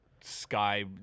sky